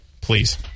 Please